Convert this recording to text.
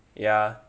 ya